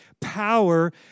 power